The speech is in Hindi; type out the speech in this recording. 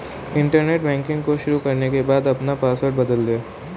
इंटरनेट बैंकिंग को शुरू करने के बाद अपना पॉसवर्ड बदल दे